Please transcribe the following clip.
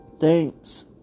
Thanks